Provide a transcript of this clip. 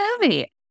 movie